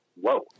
whoa